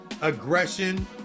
aggression